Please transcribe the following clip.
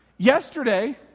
Yesterday